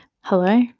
hello